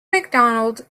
macdonald